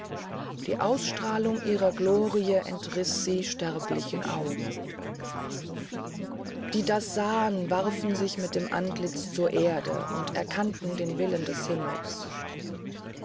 die ausstrahlung ihrer glorie entriß sie sterblichen augen die das sahen warfen sich mit dem antlitz zur erde und erkannten den willen des himmels